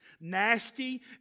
Nasty